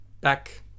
back